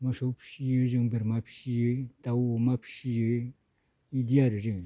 मोसौ फियो जों बोरमा फियो दाउ अमा फियो इदि आरो जों